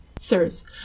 Sirs